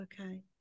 Okay